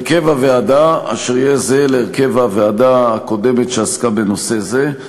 הרכב הוועדה יהיה זהה להרכב הוועדה הקודמת שעסקה בנושא זה.